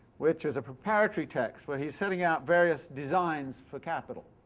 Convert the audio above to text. which is a preparatory text, where he's setting out various designs for capital.